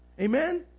Amen